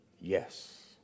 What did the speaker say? Yes